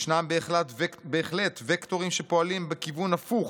ישנם בהחלט וקטורים שפועלים בכיוון הפוך,